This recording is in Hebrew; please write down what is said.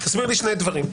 שני דברים.